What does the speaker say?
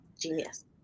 Genius